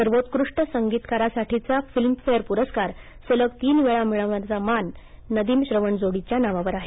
सर्वोत्कृष्ट संगीतकारासाठीचा फिल्मफेअर पुरस्कार सलग तीन वेळा मिळवण्याचा मान नदीम श्रवण जोडीच्या नावावर आहे